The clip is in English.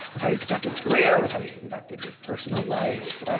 very connected career with how he conducted his personal life,